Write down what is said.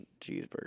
cheeseburger